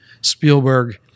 Spielberg